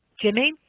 jimmy?